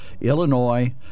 Illinois